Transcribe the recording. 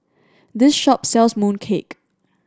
this shop sells mooncake